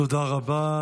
תודה רבה.